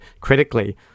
critically